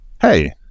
hey